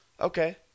Okay